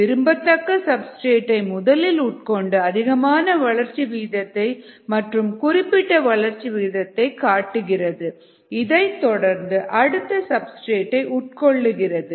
விரும்பத்தக்க சப்ஸ்டிரேட்டை முதலில் உட்கொண்டு அதிகமான வளர்ச்சி விகிதத்தை மற்றும் குறிப்பிட்ட வளர்ச்சி விகிதத்தை காட்டுகிறது இதைத்தொடர்ந்து அடுத்த சப்ஸ்டிரேட் டை உட்கொள்கிறது